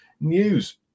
news